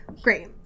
Great